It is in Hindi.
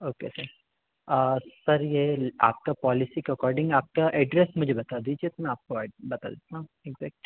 ओ के सर यह आपकी पॉलिसी के अकॉर्डिन्ग आपका एड्रेस मुझे बता दीजिए तो मैं आपको बता देता हूँ एकजैक्ट